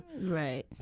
Right